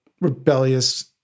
rebellious